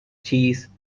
cheese